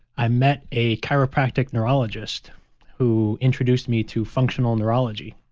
i met a chiropractic neurologist who introduced me to functional neurology,